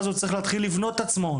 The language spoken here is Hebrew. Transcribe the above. ואז הוא צריך לבנות את עצמו,